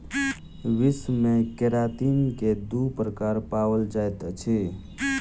विश्व मे केरातिन के दू प्रकार पाओल जाइत अछि